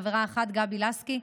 חברה אחת: גבי לסקי.